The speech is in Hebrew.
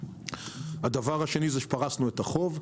הדבר השני היה שפרסנו את החוב.